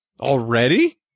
Already